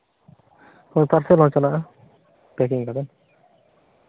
ᱦᱮᱸ ᱯᱟᱨᱥᱮᱞ ᱦᱚᱸ ᱪᱟᱞᱟᱜᱼᱟ ᱯᱮᱠᱤᱝ ᱠᱟᱛᱮ